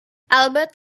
albert